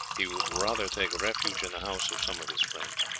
he would rather take refuge in the house of some of his friends.